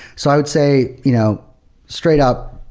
so i would say you know straight up,